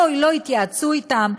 לא התייעצו אתם,